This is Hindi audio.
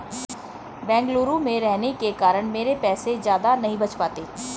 बेंगलुरु में रहने के कारण मेरे पैसे ज्यादा नहीं बच पाते